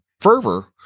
fervor